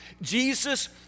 Jesus